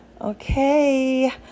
Okay